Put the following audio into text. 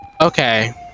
Okay